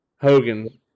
Hogan